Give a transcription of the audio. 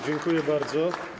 Dziękuję bardzo.